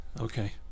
Okay